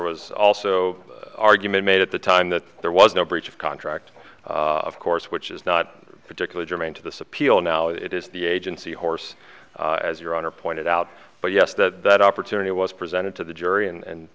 was also argument made at the time that there was no breach of contract of course which is not particular germane to this appeal now it is the agency horse as your honor pointed out but yes that that opportunity was presented to the jury and